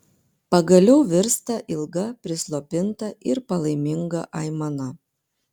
pagaliau virsta ilga prislopinta ir palaiminga aimana